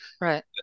Right